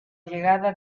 llegada